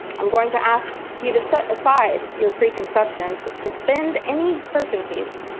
i'm going to ask you to set aside your preconceptions, suspend any certainties,